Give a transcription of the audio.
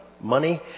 money